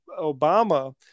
obama